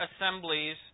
assemblies